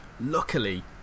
luckily